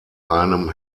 einem